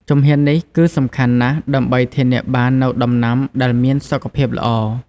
ជំហាននេះគឺសំខាន់ណាស់ដើម្បីធានាបាននូវដំណាំដែលមានសុខភាពល្អ។